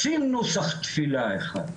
רוצים נוסח תפילה אחד,